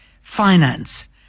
finance